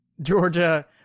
Georgia